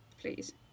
please